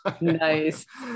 Nice